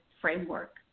framework